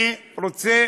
אני רוצה